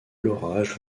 l’orage